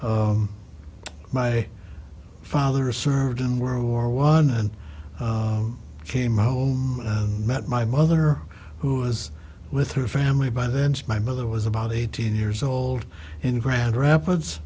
states my father served in world war one and came home and met my mother who was with her family by then my mother was about eighteen years old in grand rapids